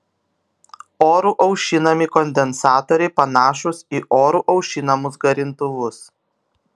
oru aušinami kondensatoriai panašūs į oru aušinamus garintuvus